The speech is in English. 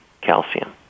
calcium